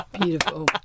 beautiful